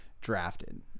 drafted